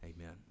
Amen